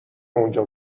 اونجا